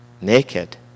naked